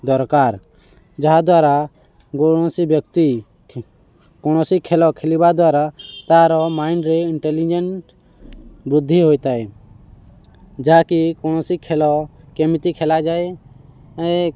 ଦରକାର ଯାହାଦ୍ୱାରା କୌଣସି ବ୍ୟକ୍ତି କୌଣସି ଖେଳ ଖେଳିବା ଦ୍ୱାରା ତାର ମାଇଣ୍ଡରେ ଇଣ୍ଟେଲିଜେଣ୍ଟ ବୃଦ୍ଧି ହୋଇଥାଏ ଯାହାକି କୌଣସି ଖେଳ କେମିତି ଖେଳାଯାଏ